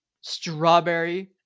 strawberry